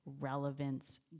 relevance